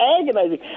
agonizing